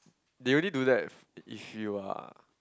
they only do that f~ if you are